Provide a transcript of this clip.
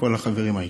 כל החברים היקרים,